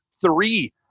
three